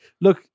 Look